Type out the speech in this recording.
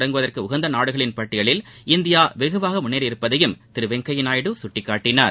தொடங்குவதற்குஉகந்தநாடுபட்டியிலில் இந்தியாவெகுவாகமுன்னேறியிருப்பதையும் தொழில் திருவெங்கையாநாயுடு சுட்டிக்காட்டினார்